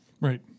Right